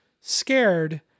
scared